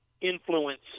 influence